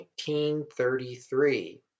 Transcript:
1933